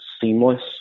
seamless